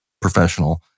professional